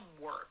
work